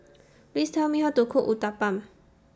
Please Tell Me How to Cook Uthapam